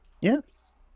Yes